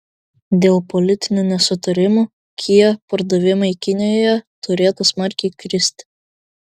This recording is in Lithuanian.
dėl politinių nesutarimų kia pardavimai kinijoje turėtų smarkiai kristi